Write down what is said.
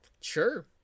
Sure